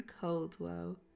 Coldwell